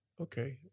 Okay